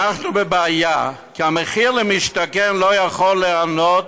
אנחנו בבעיה, כי המחיר למשתכן לא יכול לענות